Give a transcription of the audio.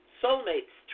soulmates